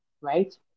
Right